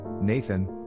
Nathan